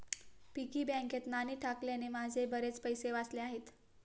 piggy बँकेत नाणी टाकल्याने माझे बरेच पैसे वाचले आहेत